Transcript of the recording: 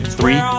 three